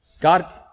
God